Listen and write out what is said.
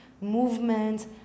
movement